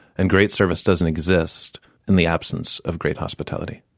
and great service doesn't exist in the absence of great hospitality